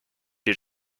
due